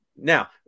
Now